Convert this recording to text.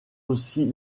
aussi